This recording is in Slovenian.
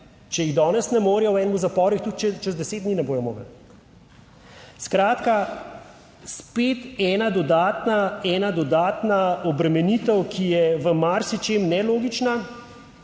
Če jih danes ne morejo v enem, v zaporih tudi čez deset dni ne bodo mogli. Skratka, spet ena dodatna, ena dodatna obremenitev, ki je v marsičem nelogična.